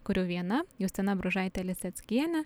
kurių viena justina bružaitė liseckienė